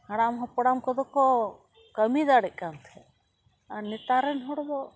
ᱦᱟᱲᱟᱢ ᱦᱟᱯᱲᱟᱢ ᱠᱚᱫᱚ ᱠᱚ ᱠᱟ ᱢᱤ ᱫᱟᱲᱮᱜ ᱠᱟᱱ ᱛᱟᱦᱮᱸᱫ ᱟᱨ ᱱᱮᱛᱟᱨ ᱨᱮᱱ ᱦᱚᱲ ᱵᱚ